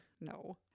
No